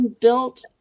built